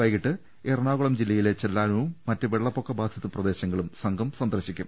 വൈകീട്ട് എറണാകുളം ജില്ലയിലെ ചെല്ലാ നവും മറ്റ് വെള്ളപ്പൊക്ക ബാധിത പ്രദേശങ്ങളും അവർ സന്ദർശിക്കും